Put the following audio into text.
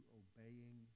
obeying